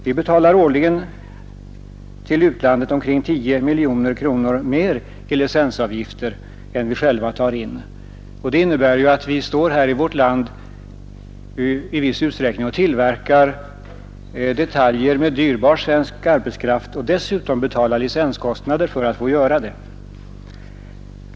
Vi betalar årligen till utlandet omkring 10 miljoner kronor mer i licensavgifter än vi själva tar in, och det innebär att vi i viss utsträckning tillverkar detaljer med dyrbar arbetskraft och dessutom betalar licenskostnader för att få göra det.